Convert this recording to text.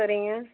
சரிங்க